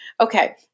Okay